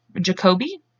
Jacoby